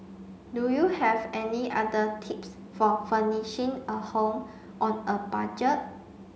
do you have any other tips for furnishing a home on a budget